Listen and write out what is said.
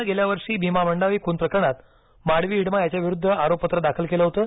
नं गेल्या वर्षी भीमा मंडावी खून प्रकरणात माडवी हिडमा याच्याविरूद्व आरोपपत्र दाखल केलं होतं